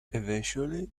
eventually